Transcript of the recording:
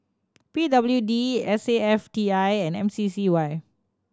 P W D S A F T I and M C C Y